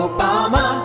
Obama